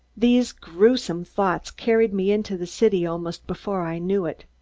these gruesome thoughts carried me into the city almost before i knew it.